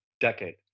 decade